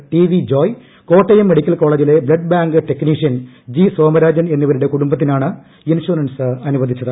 T V Joy Kottayam medical കോളജിലെ blood bank technician G Somarajan എന്നിവരുടെ കുടുംബത്തിനാണ് ഇൻഷവറൻസ് അനുവദിച്ചത്